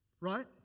Right